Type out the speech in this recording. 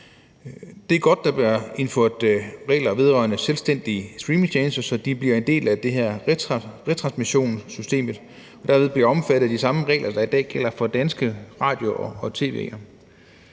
Det er godt, at der bliver indført regler vedrørende selvstændige streamingtjenester, så de bliver en del af retransmissionssystemet og derved bliver omfattet af de samme regler, der i dag gælder for dansk radio og tv.